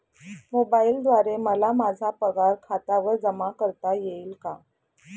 मोबाईलद्वारे मला माझा पगार खात्यावर जमा करता येईल का?